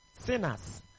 Sinners